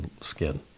skin